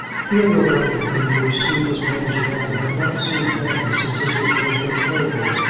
theodore burton, when he received his mother's letter, had not seen harry since his return from clavering.